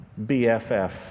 BFF